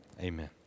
amen